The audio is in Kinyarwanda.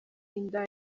inda